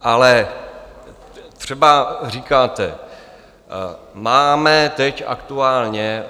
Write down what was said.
Ale třeba říkáte: Máme teď aktuálně